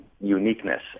uniqueness